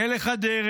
אין לך דרך,